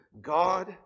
God